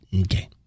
okay